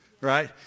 Right